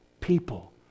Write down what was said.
people